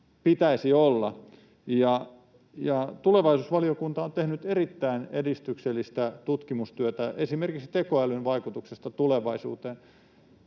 pitäisi olla, ja tulevaisuusvaliokunta on tehnyt erittäin edistyksellistä tutkimustyötä esimerkiksi tekoälyn vaikutuksista tulevaisuuteen.